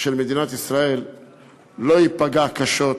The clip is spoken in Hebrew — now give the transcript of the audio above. של מדינת ישראל לא ייפגע קשות.